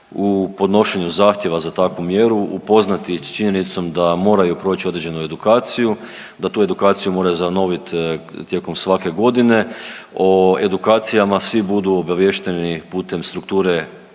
u podnošenju zahtjeva za takvu mjeru upoznati s činjenicom da moraju proć određenu edukaciju, da tu edukaciju moraju zanovit tijekom svake godine, o edukacijama svi budu obaviješteni putem strukture